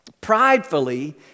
pridefully